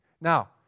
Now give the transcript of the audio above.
Now